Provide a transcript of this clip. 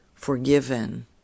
Forgiven